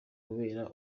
kubera